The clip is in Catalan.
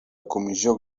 comissió